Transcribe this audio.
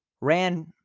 ran